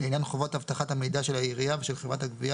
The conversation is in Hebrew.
לעניין חובת אבטחת המידע של העירייה ושל חברת הגבייה